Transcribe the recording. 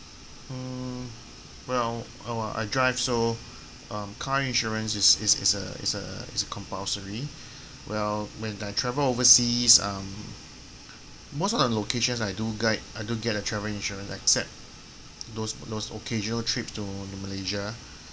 mm well I drive so um car insurance is is is a is a is a compulsory well when I travel overseas um most of the locations I do guide I do get a travel insurance except those those occasional trips to Malaysia